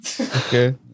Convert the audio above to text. okay